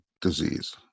disease